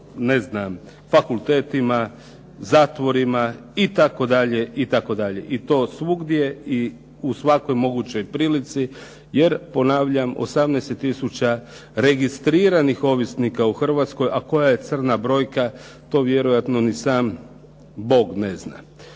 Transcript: ne znam fakultetima, zatvorima itd. itd. I to svugdje i u svakoj mogućoj prilici, jer ponavljam 18 je tisuća registriranih ovisnika u Hrvatskoj, a koja je crna brojka to vjerojatno ni sam Bog ne zna.